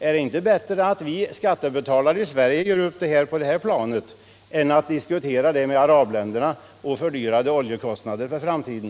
Är det inte bättre att vi skattebetalare i Sverige gör upp det på det här planet än att diskutera det med arabländerna, med fördyrade oljekostnader för framtiden?